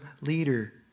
leader